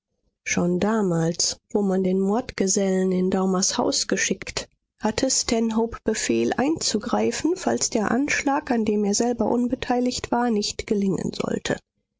schon damals wo man den mordgesellen in daumers haus geschickt hatte stanhope befehl einzugreifen falls der anschlag an dem er selber unbeteiligt war nicht gelingen sollte